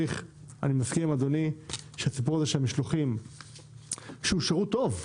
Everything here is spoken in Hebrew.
אני מסכים עם אדוני לגבי הסיפור הזה של המשלוחים שאכן הוא שירות טוב,